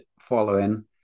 following